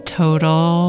total